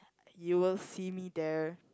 you will see me there